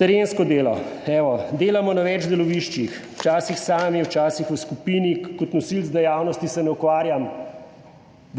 Terensko delo? Evo, delamo na več deloviščih: včasih sami, včasih v skupini. Kot nosilec dejavnosti se ne ukvarjam,